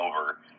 over